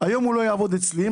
היום הוא לא יעבוד אצלי,